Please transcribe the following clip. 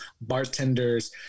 bartenders